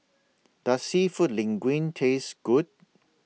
Does Seafood Linguine Taste Good